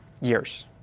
years